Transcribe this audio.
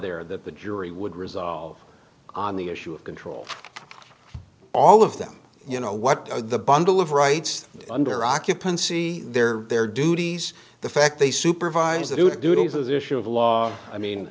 there that the jury would resolve on the issue of control all of them you know what the bundle of rights under occupancy their their duties the fact they supervise the new duties as issue of the law i mean